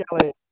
Kelly